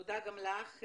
תודה גם לך.